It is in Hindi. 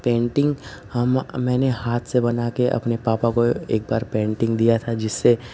पेंटिंग मैंने हाथ से बना के अपने पापा को एक बार पेंटिंग दिया था जिससे